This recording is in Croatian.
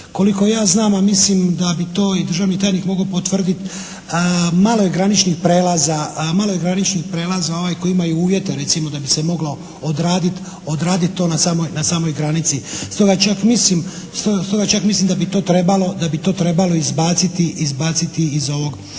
Koliko ja znam, a mislim da bi to i državni tajnik mogao potvrditi malo je graničnih prijelaza koji imaju uvjete recimo da bi se moglo odraditi to na samoj granici. Stoga čak mislim da bi to trebalo izbaciti iz ovog,